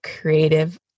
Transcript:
creative